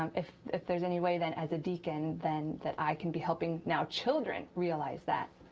um if if there's any way that as a deacon then that i can be helping now children realize that,